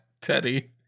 Teddy